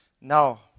now